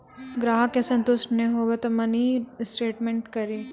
ग्राहक के संतुष्ट ने होयब ते मिनि स्टेटमेन कारी?